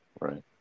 right